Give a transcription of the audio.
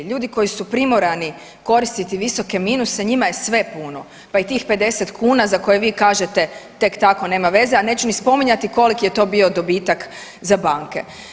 Ljudi koji su primorani koristiti visoke minuse njima je sve puno, pa i tih 50 kuna za koje vi kažete tek tako nema veze, a neću ni spominjati koliki je to bio dobitak za banke.